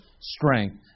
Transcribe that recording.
strength